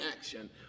action